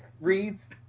reads